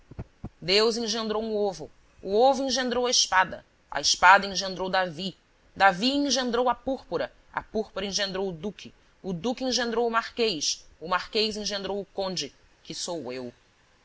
deus engendrou um ovo o ovo engendrou a espada a espada engendrou davi davi engendrou a púrpura a púrpura engendrou o duque o duque engendrou o marquês o marquês engendrou o conde que sou eu